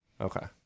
okay